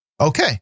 Okay